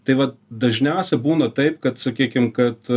tai vat dažniausiai būna taip kad sakykim kad